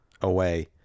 away